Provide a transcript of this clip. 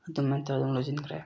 ꯑꯗꯨꯃꯥꯏꯅ ꯇꯧꯔꯒ ꯑꯗꯨꯝ ꯂꯣꯏꯁꯤꯟꯈ꯭ꯔꯦ